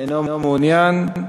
אינו מעוניין,